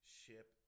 ship